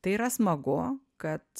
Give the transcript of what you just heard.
tai yra smagu kad